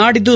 ನಾಡಿದ್ದು